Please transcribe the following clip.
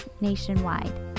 nationwide